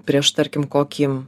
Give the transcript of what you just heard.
prieš tarkim kokį